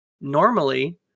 normally